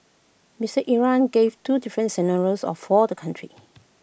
Mister Imran gave two different scenarios of for the country